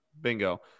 bingo